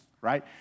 right